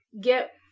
get